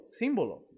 símbolo